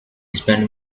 spent